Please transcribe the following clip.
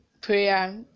prayer